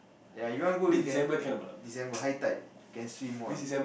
ya if you want go you can December high tide you can swim all